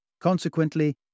Consequently